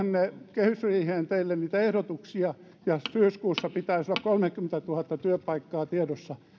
kehysriiheen teille niitä ehdotuksia ja syyskuussa pitäisi olla kolmekymmentätuhatta työpaikkaa tiedossa